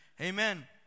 amen